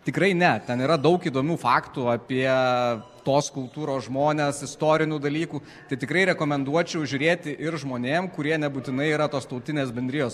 tikrai ne ten yra daug įdomių faktų apie tos kultūros žmones istorinių dalykų tai tikrai rekomenduočiau žiūrėti ir žmonėm kurie nebūtinai yra tos tautinės bendrijos